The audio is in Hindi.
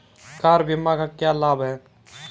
कार बीमा का क्या लाभ है?